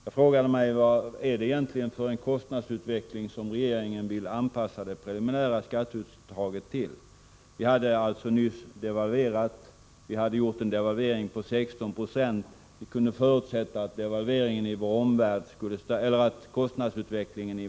Jag frågade mig: Vilken kostnadsutveckling är det egentligen regeringen vill anpassa det preliminära skatteuttaget till? Vi hade alltså nyligen devalverat med 16 90. Vi kunde förutsätta att kostnadsutvecklingen i vår omvärld skulle stanna vid ca 5 96.